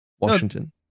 Washington